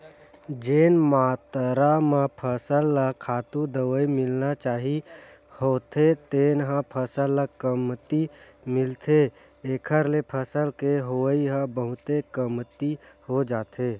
जेन मातरा म फसल ल खातू, दवई मिलना चाही होथे तेन ह फसल ल कमती मिलथे एखर ले फसल के होवई ह बहुते कमती हो जाथे